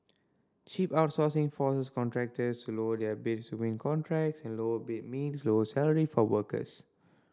cheap outsourcing forces contractors to lower their bids to win contracts and lower bid mean lower salaries for workers